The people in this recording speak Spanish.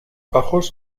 bajos